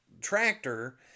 tractor